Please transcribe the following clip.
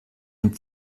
dem